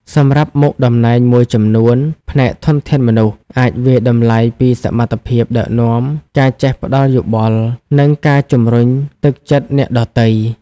សម្រាប់មុខតំណែងមួយចំនួន ផ្នែកធនធានមនុស្ស អាចវាយតម្លៃពីសមត្ថភាពដឹកនាំ ការចេះផ្ដល់យោបល់ និងការជំរុញទឹកចិត្តអ្នកដទៃ។